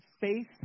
faith